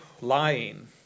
lying